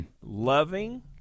Loving